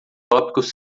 tópicos